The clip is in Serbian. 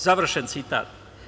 Završen citat.